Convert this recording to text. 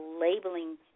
labeling